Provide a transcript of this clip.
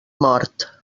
mort